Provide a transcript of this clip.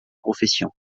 profession